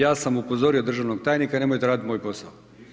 Ja sam upozorio državnog tajnika i nemojte raditi moj posao.